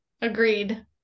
Agreed